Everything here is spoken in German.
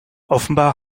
offenbar